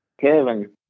Kevin